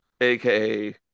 aka